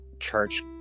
church